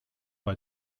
bei